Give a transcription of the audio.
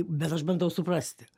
bet aš bandau suprasti